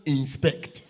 inspect